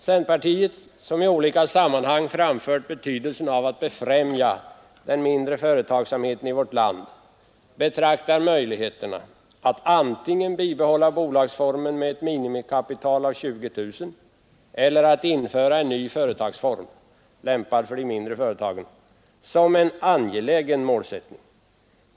Centerpartiet, som i olika sammanhang har framfört betydelsen av att befrämja den mindre företagsamheten i vårt land, betraktar möjligheterna att antingen bibehålla bolagsformen med ett minimikapital av 20 000 kronor eller införa en ny företagsform, lämpad för de mindre företagen, som en angelägen målsättning.